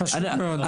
חשוב מאוד.